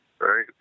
right